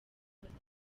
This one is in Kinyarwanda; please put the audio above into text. kurasa